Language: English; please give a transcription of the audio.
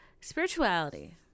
spirituality